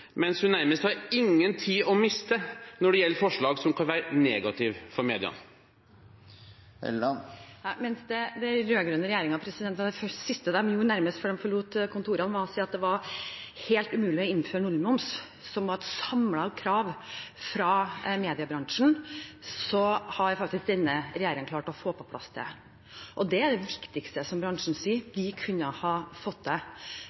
mens hun har nærmest ingen tid å miste når det gjelder forslag som kan være negative for media? Mens nærmest det siste den rød-grønne regjeringen gjorde før de forlot kontorene, var å si at det var helt umulig å innføre nullmoms, som var et samlet krav fra mediebransjen, så har faktisk denne regjeringen klart å få på plass det. Det er det viktigste som bransjen sier vi kunne ha fått til, og derfor er de også veldig glade for at det